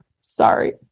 Sorry